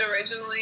originally